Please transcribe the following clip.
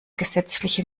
gesetzliche